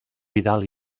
vidal